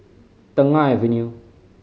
Tengah Avenue